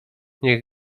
niech